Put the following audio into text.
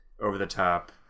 over-the-top